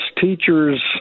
teachers